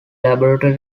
laboratory